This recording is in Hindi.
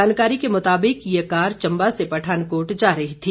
जानकारी के मुताबिक ये कार चम्बा से पठानकोट जा रही थी